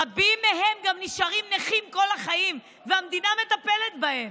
רבים גם נשארים נכים כל החיים, והמדינה מטפלת בהם.